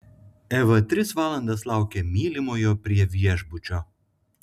eva tris valandas laukė mylimojo prie viešbučio